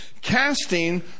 Casting